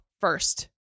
first